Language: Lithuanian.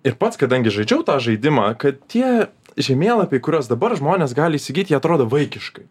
ir pats kadangi žaidžiau tą žaidimą kad tie žemėlapiai kuriuos dabar žmonės gali įsigyt jie atrodo vaikiškai